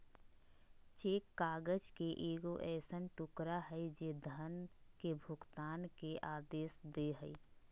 cheque काग़ज़ के एगो ऐसन टुकड़ा हइ जे धन के भुगतान के आदेश दे हइ